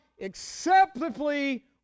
acceptably